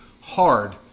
hard